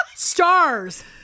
Stars